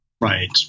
Right